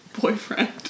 boyfriend